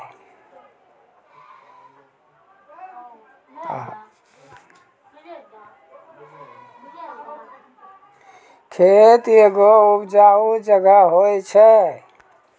खेत एगो उपजाऊ जगह होय छै